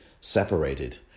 separated